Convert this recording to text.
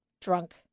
drunk